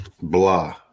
blah